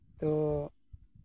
ᱛᱚ